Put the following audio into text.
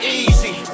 easy